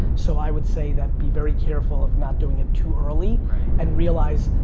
so i would say that, be very careful of not doing it too early and realize,